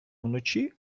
вночі